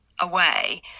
away